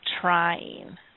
trying